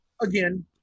again